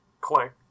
click